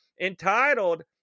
entitled